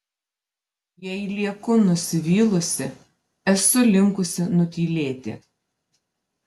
jei lieku nusivylusi esu linkusi nutylėti